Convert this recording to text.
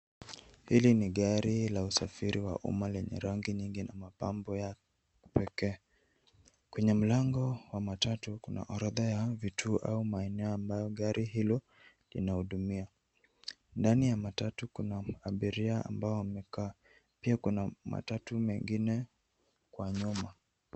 Hili ni gari la usafiri wa umma lenye rangi nyingi na mapambo ya kipekee. Kwenye mlango ya matatu kuna orodha ya vituo au maeneo ambayo gari hilo linahudumia. Ndani ya matatu kuna abiria ambao wamekaa. Pia kuna matatu mengine kwa nyuma.